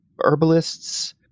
herbalists